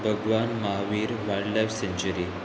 Bhagwan Mahavir wildlife sanctuary